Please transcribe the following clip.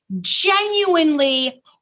genuinely